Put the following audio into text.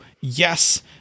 yes